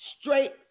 straight